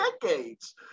decades